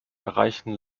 erreichen